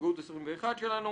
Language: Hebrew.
הסתייגות 21 שלנו: